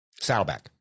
Saddleback